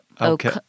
Okay